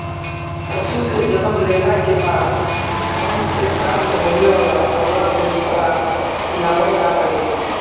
पशु के जन्म लेला के बाद थन से प्राप्त होवे वला पहला दूध पदार्थ पिलावल जा हई